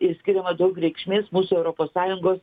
ir skiriama daug reikšmės bus europos sąjungos